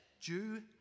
Jew